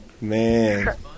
Man